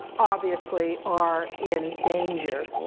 obviously are in danger,